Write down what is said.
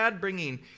bringing